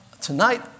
tonight